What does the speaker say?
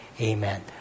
Amen